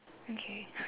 okay